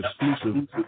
exclusive